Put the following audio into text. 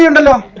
and blah